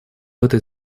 этой